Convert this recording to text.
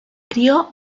crió